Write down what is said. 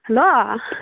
hello